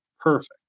Perfect